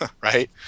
right